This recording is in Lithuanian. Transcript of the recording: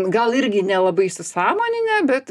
gal irgi nelabai įsisąmoninę bet